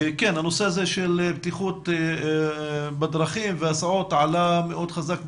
הנושא הזה של בטיחות בדרכים והסעות עלה מאוד חזק בדיון.